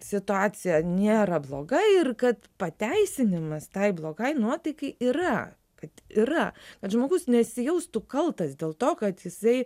situacija nėra bloga ir kad pateisinimas tai blogai nuotaikai yra kad yra kad žmogus nesijaustų kaltas dėl to kad jisai